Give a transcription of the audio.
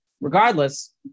regardless